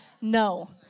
No